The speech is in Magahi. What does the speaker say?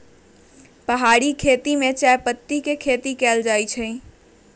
पहारि खेती में चायपत्ती के खेती कएल जाइ छै